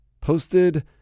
posted